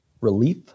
Relief